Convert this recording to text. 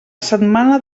setmana